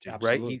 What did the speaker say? right